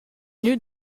gnü